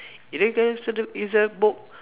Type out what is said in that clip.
it it's a book